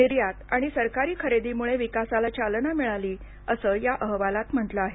निर्यात आणि सरकारी खरेदीमुळे विकासाला चालना मिळाली असं या अहवालात म्हटलं आहे